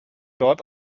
dort